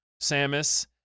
Samus